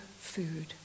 food